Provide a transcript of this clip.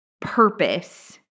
purpose